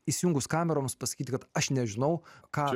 įsijungus kameroms pasakyti kad aš nežinau ką